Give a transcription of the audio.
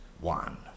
One